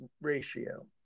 ratio